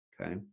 Okay